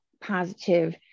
positive